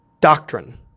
doctrine